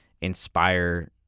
inspire